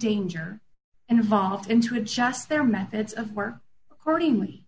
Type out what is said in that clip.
danger involved in to adjust their methods of work accordingly